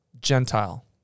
Gentile